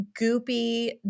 goopy